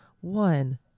One